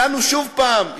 הגענו שוב פעם,